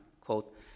Quote